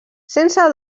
sense